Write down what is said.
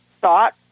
thought